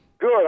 Good